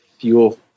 fuel